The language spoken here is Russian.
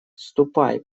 ступай